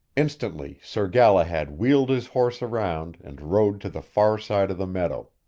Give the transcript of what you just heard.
instantly, sir galahad wheeled his horse around and rode to the far side of the meadow.